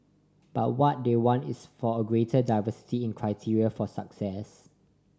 but what they want is for a greater diversity in criteria for success